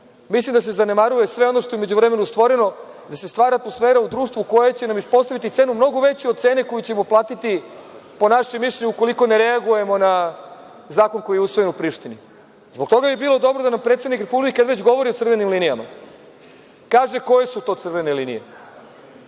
mislim da se zanemaruje sve ono što je u međuvremenu stvoreno, da se stvara atmosfera u društvu, koja će nam ispostaviti cenu mnogo veću od cene koju ćemo platiti, po našem mišljenju, ukoliko ne reagujemo na zakon koji je usvojen u Prištini. Zbog toga bi bilo dobro da nam predsednik Republike, kada već govori o crvenim linijama, kaže koje su to crvene linije,